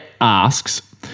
asks